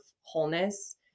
wholeness